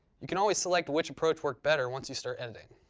you can always select which approach worked better once you start editing.